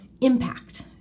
impact